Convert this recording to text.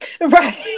right